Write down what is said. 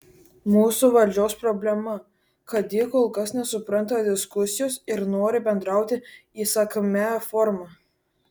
mūsų valdžios problema kad ji kol kas nesupranta diskusijos ir nori bendrauti įsakmia forma